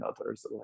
others